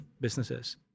businesses